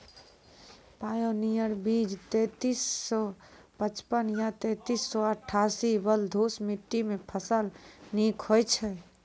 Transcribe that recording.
Pioneer बीज तेंतीस सौ पचपन या तेंतीस सौ अट्ठासी बलधुस मिट्टी मे फसल निक होई छै?